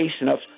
enough